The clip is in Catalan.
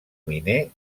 miner